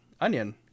Onion